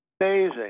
Amazing